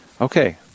okay